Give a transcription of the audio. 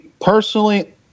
personally